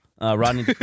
Rodney